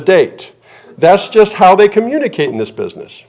date that's just how they communicate in this business